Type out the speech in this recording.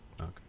Okay